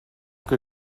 que